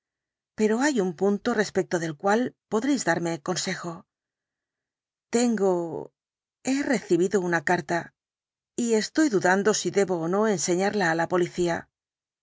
pero hay un punto respecto del cual podréis darme consejo tengo he recibido una carta y estoy dudando si debo ó no enseñarla á la policía